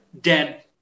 dead